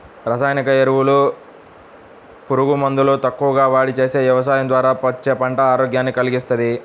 రసాయనిక ఎరువులు, పురుగు మందులు తక్కువగా వాడి చేసే యవసాయం ద్వారా వచ్చే పంట ఆరోగ్యాన్ని కల్గిస్తది